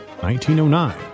1909